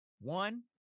One